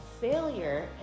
failure